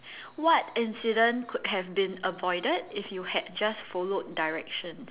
what incident could have been avoided if you had just followed directions